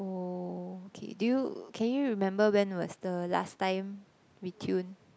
oh okay do you can you remember when was the last time we tuned